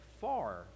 far